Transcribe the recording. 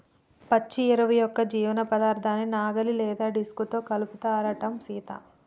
పచ్చి ఎరువు యొక్క జీవపదార్థాన్ని నాగలి లేదా డిస్క్ తో కలుపుతారంటం సీత